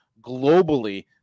globally